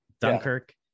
Dunkirk